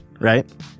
right